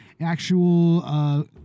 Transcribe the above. actual